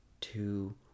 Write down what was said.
two